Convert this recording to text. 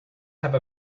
have